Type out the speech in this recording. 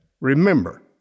Remember